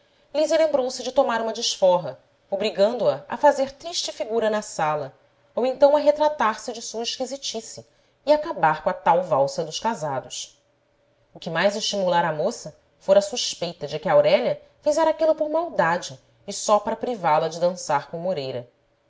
lísia lembrou-se de tomar uma desforra obrigando-a a fazer triste figura na sala ou então a retratar se de sua esquisitice e acabar com a tal valsa dos casados o que mais estimulara a moça fora a suspeita de que aurélia fizera aquilo por maldade e só para privá-la de dançar com o moreira